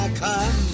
come